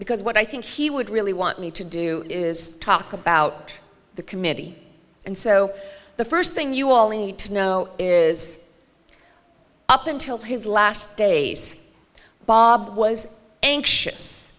because what i think he would really want me to do is talk about the committee and so the first thing you all need to know is up until his last days bob was anxious